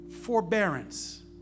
forbearance